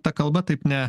ta kalba taip ne